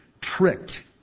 tricked